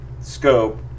scope